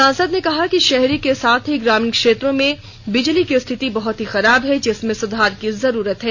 सांसद ने कहा कि शहरी के साथ ही ग्रामीण क्षेत्रों में बिजली की स्थिति बहुत ही खराब है जिसमें सुधार की जरूरत है